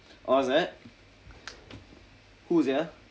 oh is it who's it ah